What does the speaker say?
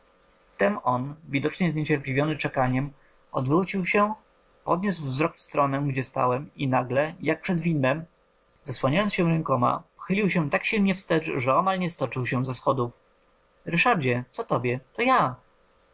wtem on widocznie zniecierpliwiony czekaniem odwrócił się podniósł wzrok w stronę gdzie stałem i nagle jak przed widmem zasłaniając się rękoma pochylił się tak silnie wstecz że omal nie stoczył się ze schodów ryszardzie co tobie to ja